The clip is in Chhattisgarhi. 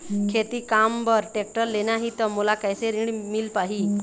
खेती काम बर टेक्टर लेना ही त मोला कैसे ऋण मिल पाही?